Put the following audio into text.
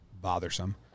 Bothersome